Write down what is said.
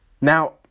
Now